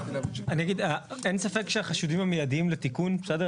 אין ספק שהחשודים המיידיים לתיקון, בסדר?